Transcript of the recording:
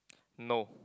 no